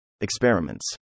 Experiments